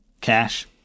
cash